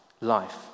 life